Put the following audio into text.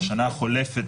בשנה החולפת,